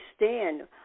understand